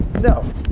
No